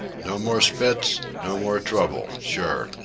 no more spitz, no more trouble, sure.